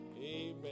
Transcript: Amen